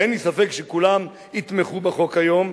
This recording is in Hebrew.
ואין לי ספק שכולם יתמכו בחוק היום,